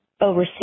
over